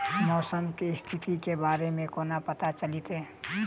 मौसम केँ स्थिति केँ बारे मे कोना पत्ता चलितै?